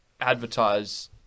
advertise